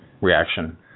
Reaction